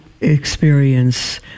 experience